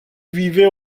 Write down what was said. vivait